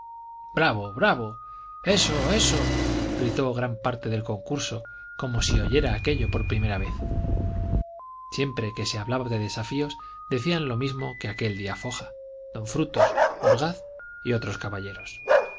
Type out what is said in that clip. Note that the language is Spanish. bravo bravo eso eso gritó gran parte del concurso como si oyera aquello por primera vez siempre que se hablaba de desafíos decían lo mismo que aquel día foja don frutos orgaz